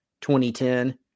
2010